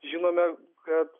žinome kad